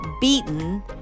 beaten